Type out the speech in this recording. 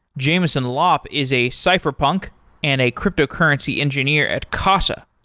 jameson lopp is a cypherpunk and a cryptocurrency engineer at casa.